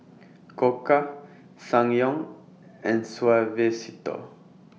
Koka Ssangyong and Suavecito